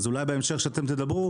אז אולי בהמשך שאתם תדברו,